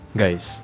guys